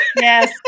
yes